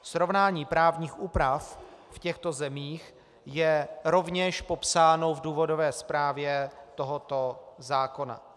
Srovnání právních úprav v těchto zemích je rovněž popsáno v důvodové zprávě tohoto zákona.